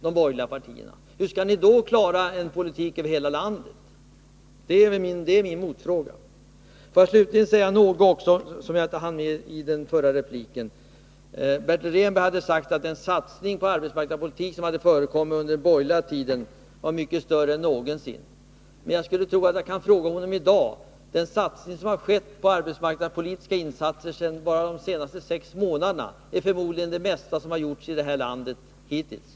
Hur skall de då kunna klara en politik över hela landet? Får jag slutligen säga en sak som jag inte hann med i den förra repliken. Bertil Rehnberg har sagt att insatserna på arbetsmarknadspolitikens område under den borgerliga tiden var mycket större än någonsin i landet. Jag skulle kunna säga till honom i dag att den satsning som gjorts inom arbetsmarknadspolitiken bara under de senaste sex månaderna förmodligen är det mesta som hittills åstadkommits i detta avseende i det här landet.